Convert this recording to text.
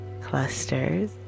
clusters